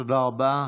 תודה רבה.